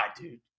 dude